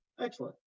Excellent